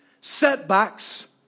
setbacks